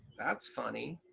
that's funny.